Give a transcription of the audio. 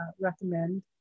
recommend